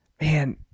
man